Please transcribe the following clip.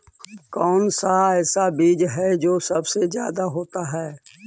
कौन सा ऐसा बीज है जो सबसे ज्यादा होता है?